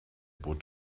burj